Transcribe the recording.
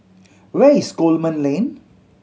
where is Coleman Lane